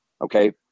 okay